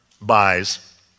buys